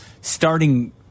starting